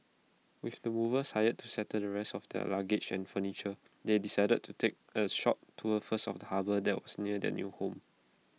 with the movers hired to settle the rest of their luggage and furniture they decided to take A short tour first of the harbour that was near their new home